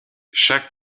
chaque